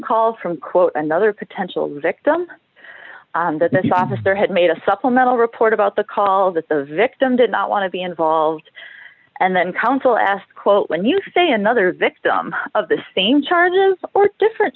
call from quote another potential victim officer had made a supplemental report about the call that the victim did not want to be involved and then counsel asked quote when you say another victim of the same charges or different